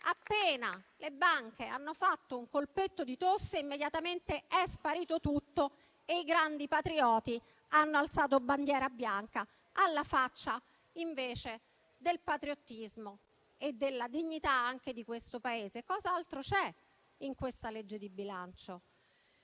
Appena le banche hanno fatto un colpetto di tosse, immediatamente è sparito tutto e i grandi patrioti hanno alzato bandiera bianca, alla faccia invece del patriottismo e anche della dignità di questo Paese. Cos'altro c'è in questa legge di bilancio?